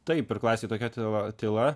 taip ir klasėj tokia tyla tyla